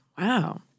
Wow